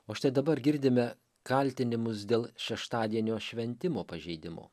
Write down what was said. o štai dabar girdime kaltinimus dėl šeštadienio šventimo pažeidimo